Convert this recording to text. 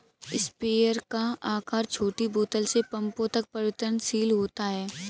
sprayer का आकार छोटी बोतल से पंपों तक परिवर्तनशील होता है